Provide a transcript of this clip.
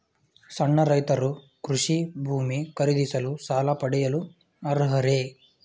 ಸಣ್ಣ ರೈತರು ಕೃಷಿ ಭೂಮಿ ಖರೀದಿಸಲು ಸಾಲ ಪಡೆಯಲು ಅರ್ಹರೇ?